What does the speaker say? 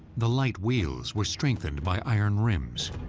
the light wheels were strengthened by iron rims.